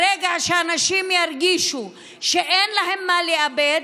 ברגע שאנשים ירגישו שאין להם מה לאבד,